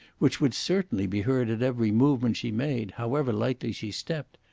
which would certainly be heard at every movement she made, however lightly she stepped,